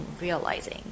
realizing